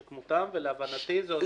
לשכמותם, ולהבנתי זה עוזר להם.